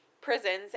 prisons